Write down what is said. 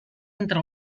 entre